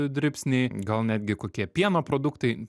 dribsniai gal netgi kokie pieno produktai